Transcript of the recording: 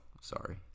sorry